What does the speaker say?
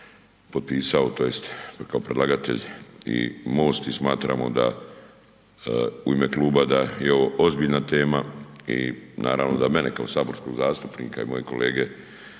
tj. kao predlagatelj i MOST i smatramo da, u ime kluba da je ovo ozbiljna tema i naravno da mene kao saborskog zastupnika i moje kolege